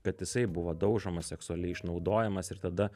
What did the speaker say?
kad jisai buvo daužomas seksualiai išnaudojamas ir tada